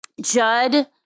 Judd